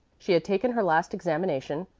she had taken her last examination,